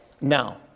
now